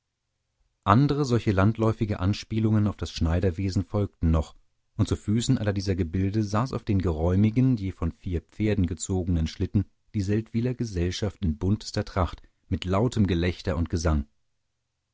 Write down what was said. andere solche landläufige anspielungen auf das schneiderwesen folgten noch und zu füßen aller dieser gebilde saß auf den geräumigen je von vier pferden gezogenen schlitten die seldwyler gesellschaft in buntester tracht mit lautem gelächter und gesang